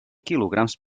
quilograms